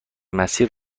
مسیر